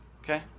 Okay